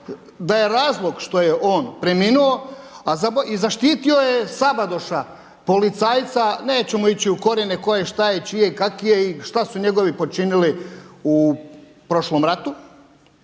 da je razlog što je on preminuo i zaštitio je Sabadoša, policajca neću mu ići u korijene tko je, šta je i čiji je i kaki je i šta su njegovi počinili u prošlom ratu.